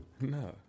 No